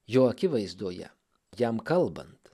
jo akivaizdoje jam kalbant